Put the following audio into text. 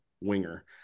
winger